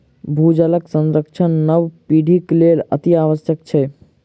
भूजलक संरक्षण नव पीढ़ीक लेल अतिआवश्यक छै